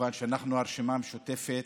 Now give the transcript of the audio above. כמובן שאנחנו, הרשימה המשותפת,